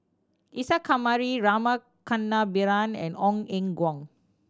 Isa Kamari Rama Kannabiran and Ong Eng Guan